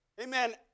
Amen